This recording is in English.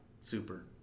super